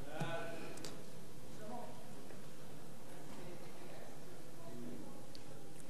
חוק למניעת אלימות במוסדות רפואיים (תיקון),